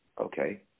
okay